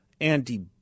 Andy